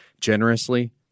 generously